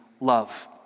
love